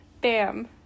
Bam